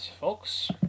folks